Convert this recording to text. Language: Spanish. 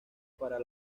para